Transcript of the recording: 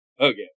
Okay